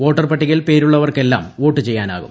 voter പട്ടികയിൽ പേരുള്ളവർക്കെല്ലാം vote ചെയ്യാനാകും